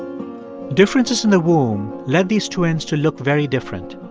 differences in the womb led these twins to look very different.